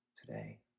today